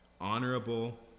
honorable